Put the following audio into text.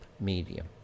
medium